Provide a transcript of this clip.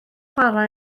chwarae